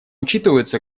учитываются